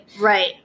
Right